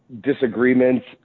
disagreements